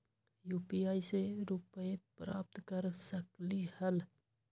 UPI से रुपए प्राप्त कर सकलीहल?